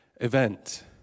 event